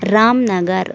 Ramanagara